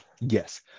Yes